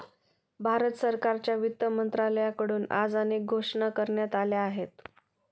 भारत सरकारच्या वित्त मंत्रालयाकडून आज अनेक घोषणा करण्यात आल्या आहेत